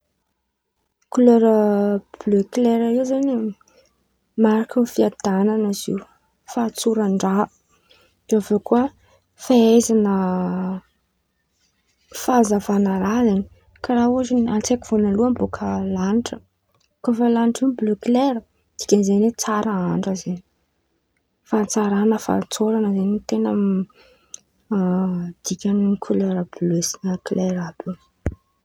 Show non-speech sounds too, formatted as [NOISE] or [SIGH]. Kolera bliô klaira io zen̈y mariky ny fiadan̈ana izy io, fatsoran-draha, de avy eo koa fahaizan̈a [HESITATION] fahazavan̈a raha zen̈y, kara ôhatra atsaiko vônaloan̈y bôka lanitra, kô fa lanitra io bliô klaira dikan'izeny oe tsara andra karàha zen̈y, fahatsaran̈a, fahatsoran̈a zen̈y ten̈a [HESITATION] dikan̈'io kolera bliô klaira àby io.